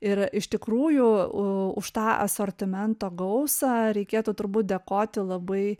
ir iš tikrųjų už tą asortimento gausą reikėtų turbūt dėkoti labai